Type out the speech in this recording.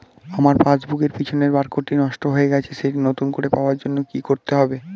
আমার পাসবুক এর পিছনে বারকোডটি নষ্ট হয়ে গেছে সেটি নতুন করে পাওয়ার জন্য কি করতে হবে?